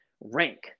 rank